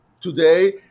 today